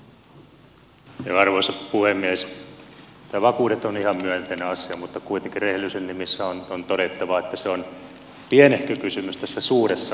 nämä vakuudet ovat ihan myönteinen asia mutta kuitenkin rehellisyyden nimissä on todettava että se on pienehkö kysymys suuressa kuvassa